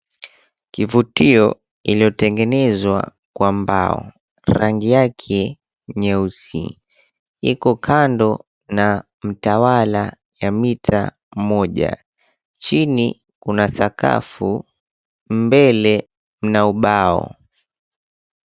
Kivutio iliotengenezwa kwa mbao rangi yake nyeusi iko kando na mtawala ya mita moja. Chini kuna sakafu. Mbele mna ubao.